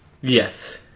yes